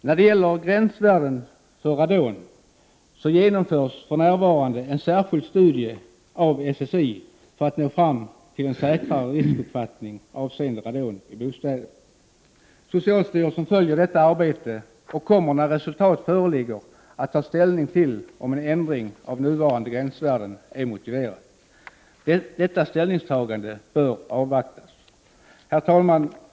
När det gäller gränsvärden för radon genomförs för närvarande en särskild studie av SSI för att nå fram till en säkrare riskuppskattning avseende radon i bostäder. Socialstyrelsen följer detta arbete och kommer när resultat föreligger att ta ställning till om en ändring av nuvarande gränsvärden är motiverad. Detta ställningstagande bör avvaktas. Herr talman!